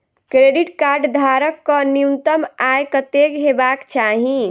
Credit card धारक कऽ न्यूनतम आय कत्तेक हेबाक चाहि?